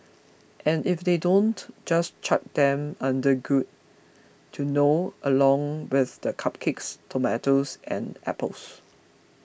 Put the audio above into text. and if they don't just chuck them under good to know along with the cupcakes tomatoes and apples